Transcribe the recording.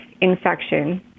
infection